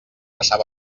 passar